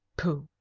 pooh!